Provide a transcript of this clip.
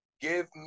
give